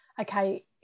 okay